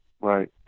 Right